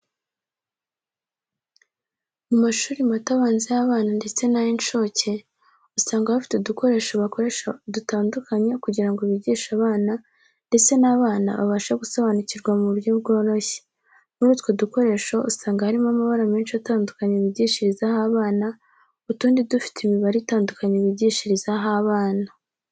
Mu mashuri mato abanza y'abana ndetse n'ay'incuke, usanga bafite udukoresho bakoresha dutandukanye kugira ngo bigishe abana, ndetse n'abana babashe gusobanukirwa mu buryo bworoshye. Muri utwo dukoresho usanga harimo amabara menshi atandukanye bigishirizaho abana, utundi dufite imibare itandukanye bigishirizaho abana.